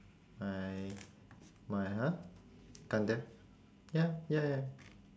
my my !huh! gundam ya ya ya